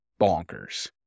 bonkers